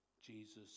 Jesus